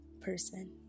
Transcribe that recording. person